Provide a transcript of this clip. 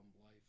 life